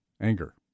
anger